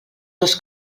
dos